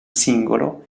singolo